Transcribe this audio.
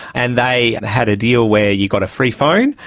and they had a deal where you got a free phone.